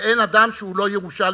ואין אדם שהוא לא ירושלמי,